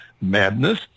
madness